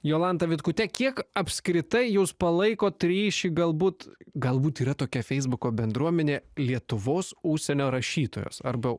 jolanta vitkute kiek apskritai jūs palaikot ryšį galbūt galbūt yra tokia feisbuko bendruomenė lietuvos užsienio rašytojos arba